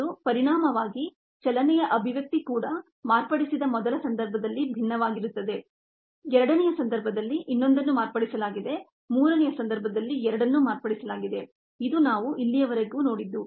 ಮತ್ತು ಕೀನೆಟಿಕ್ ಎಕ್ಸ್ಪ್ರೆಶನ್ಅಭಿವ್ಯಕ್ತಿ ಕೂಡ ಮಾರ್ಪಡಿಸಿದ ಮೊದಲ ಸಂದರ್ಭದಲ್ಲಿ ಭಿನ್ನವಾಗಿರುತ್ತದೆ ಎರಡನೆಯ ಸಂದರ್ಭದಲ್ಲಿ ಇನ್ನೊಂದನ್ನು ಮಾರ್ಪಡಿಸಲಾಗಿದೆ ಮೂರನೆಯ ಸಂದರ್ಭದಲ್ಲಿ ಎರಡನ್ನೂ ಮಾರ್ಪಡಿಸಲಾಗಿದೆ ಇದು ನಾವು ಇಲ್ಲಿಯವರೆಗೂ ನೋಡಿದ್ದು